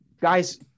guys